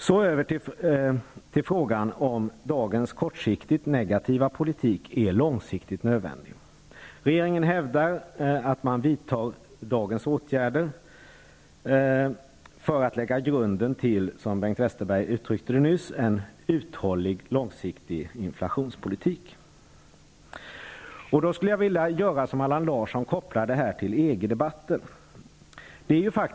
Så över till frågan om dagens kortsiktigt negativa politik är långsiktigt nödvändig. Regeringen hävdar att man vidtar dagens åtgärder -- som Bengt Westerberg nyss uttryckte det -- för att lägga grunden för en uthållig långsiktig politik mot inflation. Jag skulle som Allan Larsson vilja koppla detta till EG-debatten.